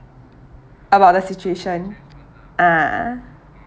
about the situation ah